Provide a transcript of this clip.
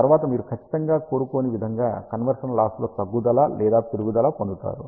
ఆ తరువాత మీరు ఖచ్చితంగా కోరుకోని విధముగా కన్వర్షన్ లాస్ లో తగ్గుదల లేదా పెరుగుదల పొందుతారు